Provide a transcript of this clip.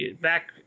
back